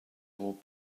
hold